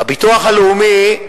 בביטוח הלאומי,